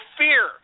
fear